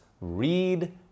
read